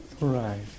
Right